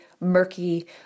murky